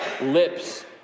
lips